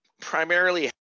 primarily